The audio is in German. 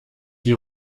die